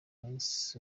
banks